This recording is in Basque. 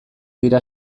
dira